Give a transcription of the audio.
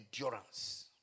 endurance